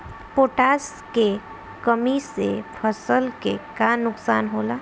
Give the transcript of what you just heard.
Potash के कमी से फसल के का नुकसान होला?